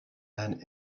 and